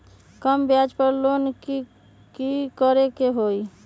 कम ब्याज पर लोन की करे के होतई?